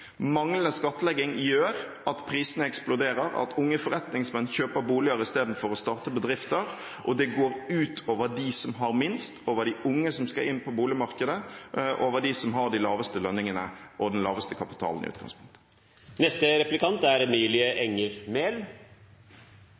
Manglende skattlegging gjør at prisene eksploderer, at unge forretningsmenn kjøper boliger istedenfor å starte bedrifter, og det går ut over dem som har minst, ut over de unge som skal inn på boligmarkedene, og ut over dem som har de laveste lønningene og den laveste kapitalen i